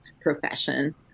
profession